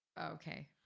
Okay